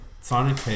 Sonic